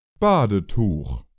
Badetuch